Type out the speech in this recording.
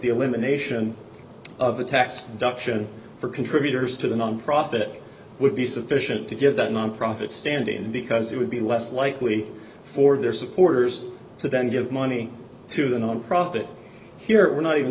the elimination of a tax deduction for contributors to the nonprofit would be sufficient to give that nonprofit standing because it would be less likely for their supporters to then give money to the nonprofit here we're not even